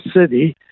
city